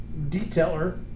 detailer